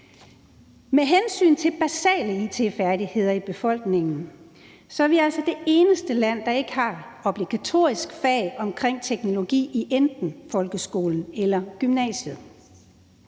Med hensyn til basale it-færdigheder i befolkningen er vi altså det eneste land, der ikke har et obligatorisk fag om teknologi i enten folkeskolen eller gymnasiet.